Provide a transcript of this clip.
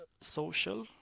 social